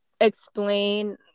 explain